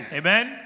amen